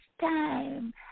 time